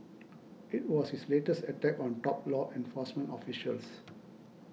it was his latest attack on top law enforcement officials